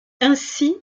ainsi